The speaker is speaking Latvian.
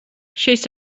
šis